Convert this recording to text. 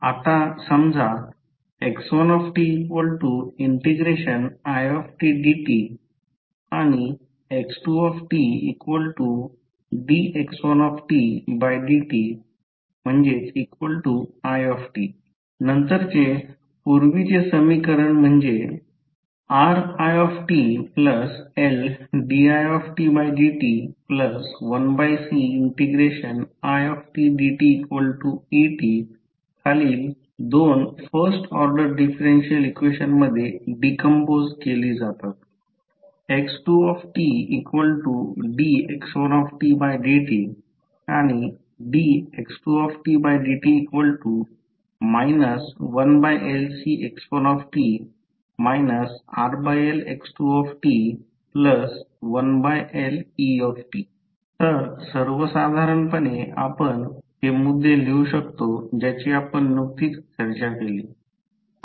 आता समजा x1titdt आणि x2tdx1dtit नंतरचे पूर्वीचे समीकरण म्हणजे RitLdidt1Cidte खालील दोन फर्स्ट ऑर्डर डिफरेन्शियल इक्वेशन मधे डिकंपोझ केली जातात x2tdx1dt dx2dt 1LCx1t RLx2t1Let तर सर्वसाधारणपणे आपण हे मुद्दे लिहू शकतो ज्याची आपण नुकतीच चर्चा केली